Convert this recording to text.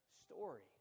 story